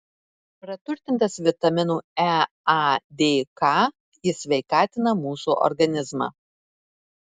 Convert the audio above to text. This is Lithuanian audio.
praturtintas vitaminų e a d k jis sveikatina mūsų organizmą